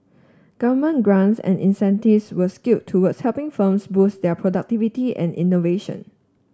government grants and incentives were skewed towards helping firms boost their productivity and innovation